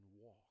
walk